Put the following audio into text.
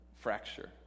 fracture